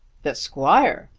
the squire!